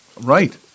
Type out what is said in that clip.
Right